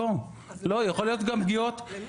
יכול להיות גם פגיעות --- אז למי?